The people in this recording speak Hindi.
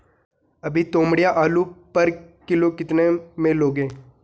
अभी तोमड़िया आलू पर किलो कितने में लोगे?